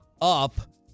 up